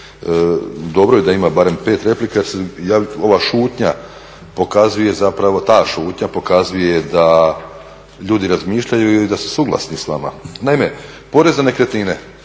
jer se ova šutnja pokazuje zapravo ta šutnja pokazuje da ljudi razmišljaju i da su suglasni s vama. Naime, porez na nekretnine